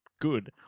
good